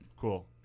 Cool